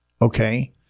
Okay